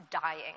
dying